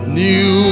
new